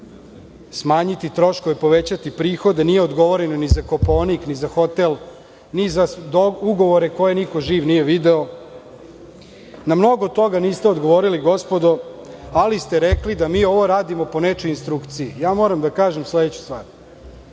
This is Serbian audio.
smanjiti troškove, povećati prihode, nije odgovoreno ni za Kopaonik, ni za hotel, ni za ugovore koje niko živ nije video, na mnogo toga niste odgovorili gospodo, ali ste rekli da mi ovo radimo po nečijoj instrukciji. Moram da kažem sledeću stvar